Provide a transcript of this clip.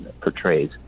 portrays